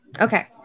Okay